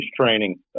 training